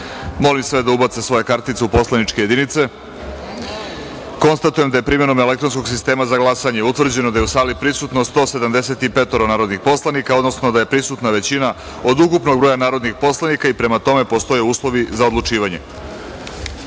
se da ubace svoje kartice u poslaničke jedinice. Konstatujem da je primenom elektronskog sistema za glasanje utvrđeno da je sali prisutno 175 narodnih poslanika, odnosno da je prisutna većina od ukupnog broja narodnih poslanika, i prema tome postoje uslovi za odlučivanje. Prelazimo